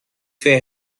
fair